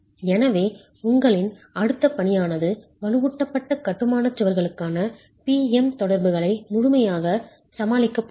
எனவே உங்களின் அடுத்த பணியானது வலுவூட்டப்பட்ட கட்டுமானச் சுவர்களுக்கான P M தொடர்புகளை முழுமையாகச் சமாளிக்கப் போகிறது